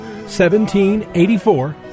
1784